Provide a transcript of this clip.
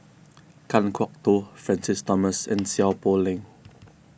Kan Kwok Toh Francis Thomas and Seow Poh Leng